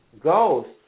ghost